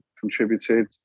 contributed